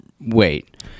wait